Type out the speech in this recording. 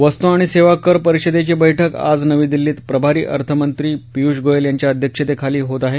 वस्तू आणि सेवा कर परीषदेची बैठक आज नवी दिल्लीत प्रभारी अर्थमंत्री पियूष गोयल यांच्या अध्यक्षतेखाली आयोजन करण्यात आलं आहे